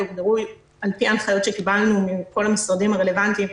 הוגדרו על פי ההנחיות שקיבלנו מכל המשרדים הרלוונטיים,